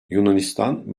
yunanistan